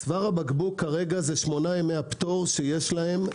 צוואר הבקבוק כרגע זה שמונת ימי הפטור שיש להם,